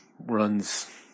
runs